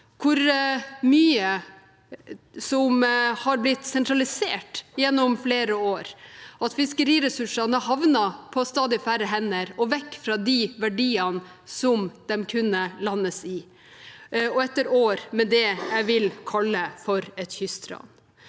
hvor mye som har blitt sentralisert gjennom flere år, at fiskeriressursene har havnet på stadig færre hender og vekk fra de verdiene de kunne landes i, og etter år med det jeg vil kalle et kystran.